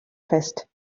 fest